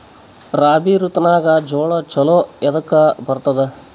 ರಾಬಿ ಋತುನಾಗ್ ಜೋಳ ಚಲೋ ಎದಕ ಬರತದ?